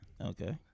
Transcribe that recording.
Okay